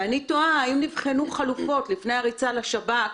ואני תוהה האם נבחנו חלופות לפני הריצה לשב"כ.